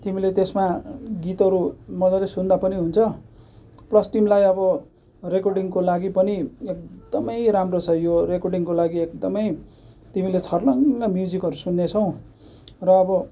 तिमीले त्यसमा गीतहरू मजाले सुन्दा पनि हुन्छ पल्स तिमीलाई अब रेकडिङको लागि पनि एकदमै राम्रो छ यो रेकडिङको लागि एकदमै तिमीले छर्लङ्ङ म्युजिकहरू सुन्नेछौ र अब